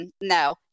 no